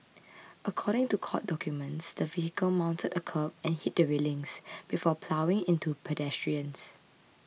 according to court documents the vehicle mounted a kerb and hit the railings before ploughing into pedestrians